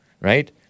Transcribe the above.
right